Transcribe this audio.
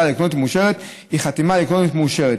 אלקטרונית מאושרת היא חתימה אלקטרונית מאושרת.